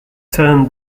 turned